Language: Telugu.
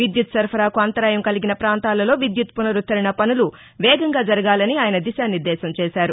విద్యుత్ సరఫరాకు అంతరాయం కలిగిన ప్రాంతాలలో విద్యుత్ పునరుద్దరణ పనులు వేగంగా జరగాలని ఆయన దిశా నిర్దేశం చేశారు